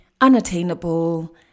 unattainable